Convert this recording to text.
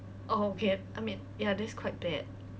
oh okay I mean ya that's quite bad